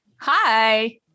Hi